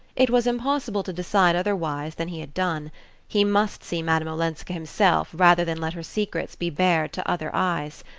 it was impossible to decide otherwise than he had done he must see madame olenska himself rather than let her secrets be bared to other eyes.